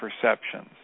perceptions